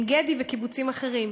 עין-גדי וקיבוצים אחרים.